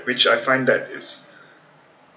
which I find that is